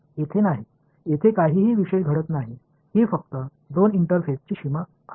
येथे नाही येथे काहीही विशेष घडत नाही ही फक्त दोन इंटरफेसची सीमा आहे